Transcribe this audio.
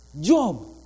Job